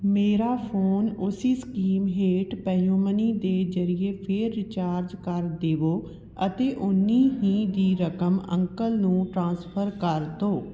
ਮੇਰਾ ਫੋਨ ਉਸ ਸਕੀਮ ਹੇਠ ਪੇਯੁ ਮਨੀ ਦੇ ਜ਼ਰਿਏ ਫਿਰ ਰਿਚਾਰਜ ਕਰ ਦੇਵੋ ਅਤੇ ਉੰਨੀ ਹੀ ਦੀ ਰਕਮ ਅੰਕਲ ਨੂੰ ਟ੍ਰਾਂਸਫਰ ਕਰ ਦਿਓ